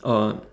oh